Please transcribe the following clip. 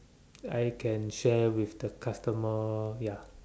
I'm can share with the customer ya